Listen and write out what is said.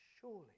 surely